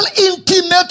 intimate